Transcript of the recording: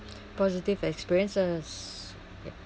positive experiences yup